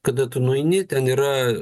kada tu nueini ten yra